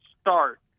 start